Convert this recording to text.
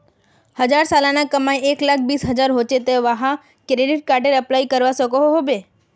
जहार सालाना कमाई एक लाख बीस हजार होचे ते वाहें क्रेडिट कार्डेर अप्लाई करवा सकोहो होबे?